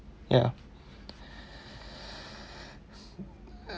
ya